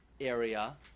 area